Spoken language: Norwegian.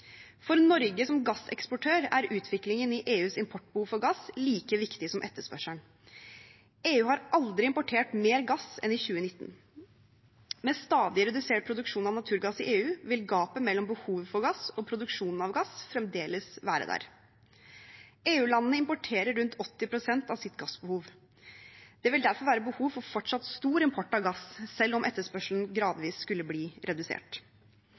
For Norge som gasseksportør er utviklingen i EUs importbehov for gass like viktig som etterspørselen. EU har aldri importert mer gass enn i 2019. Med stadig redusert produksjon av naturgass i EU vil gapet mellom behovet for gass og produksjonen av gass fremdeles være der. EU-landene importerer rundt 80 pst. av sitt gassbehov. Det vil derfor være behov for fortsatt stor import av gass selv om etterspørselen gradvis skulle bli redusert.